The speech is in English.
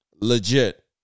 Legit